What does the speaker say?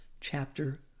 chapter